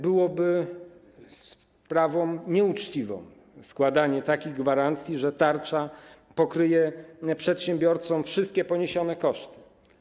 Byłoby sprawą nieuczciwą składanie takich gwarancji, że tarcza pokryje przedsiębiorcom wszystkie poniesione koszty.